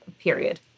period